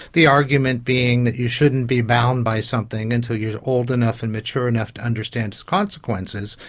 the argument being that you shouldn't be bound by something until you are old enough and mature enough to understand its consequences,